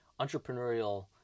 entrepreneurial